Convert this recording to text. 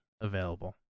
available